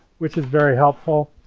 which is very helpful.